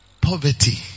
Poverty